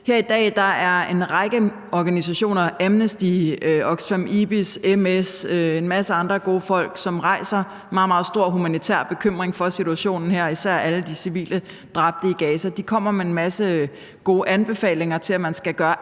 Her i dag er der en række organisationer – Amnesty, Oxfam IBIS, MS og en masse andre gode folk – som rejser meget, meget stor humanitær bekymring for situationen her, især for alle de civile dræbte i Gaza. De kommer med en masse gode anbefalinger om, at man skal gøre